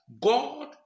God